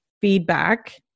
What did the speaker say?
feedback